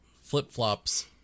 flip-flops